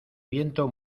viento